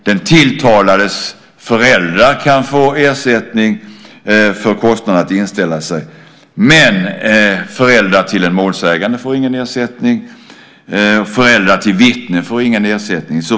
Den tilltalades föräldrar kan också få ersättning för kostnaden för att inställa sig. Föräldrar till en målsägande och föräldrar till vittnen får dock ingen ersättning.